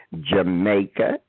Jamaica